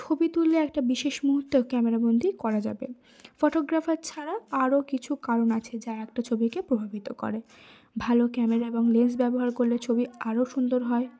ছবি তুললে একটা বিশেষ মুহূর্তেও ক্যামেরাবন্দি করা যাবে ফটোগ্রাফার ছাড়া আরও কিছু কারণ আছে যা একটা ছবিকে প্রভাবিত করে ভালো ক্যামেরা এবং লেন্স ব্যবহার করলে ছবি আরও সুন্দর হয়